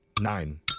Nine